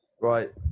Right